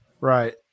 Right